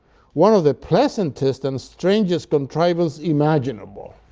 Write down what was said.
one of the pleasantest and strangest contrivance imaginable.